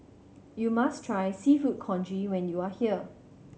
you must try Seafood Congee when you are here